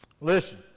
listen